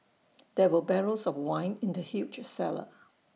there were barrels of wine in the huge cellar